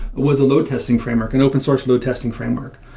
was a load testing framework, an open source load testing framework.